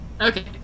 Okay